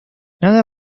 nada